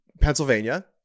Pennsylvania